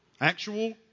actual